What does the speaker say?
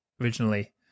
originally